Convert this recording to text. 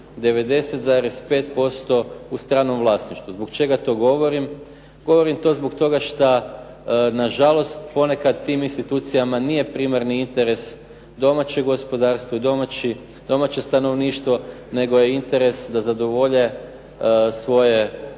90,5% u stranom vlasništvu. Zbog čega to govorim? Govorim to zbog toga što na žalost ponekad tim institucijama nije primarni interes domaće gospodarstvo i domaće stanovništvo, nego je interes da zadovolje svoje